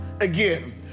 again